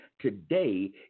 today